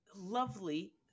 lovely